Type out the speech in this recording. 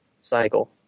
cycle